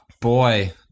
boy